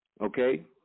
Okay